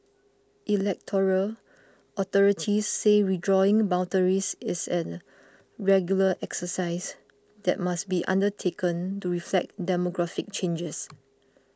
electoral authorities say redrawing boundaries is a regular exercise that must be undertaken to reflect demographic changes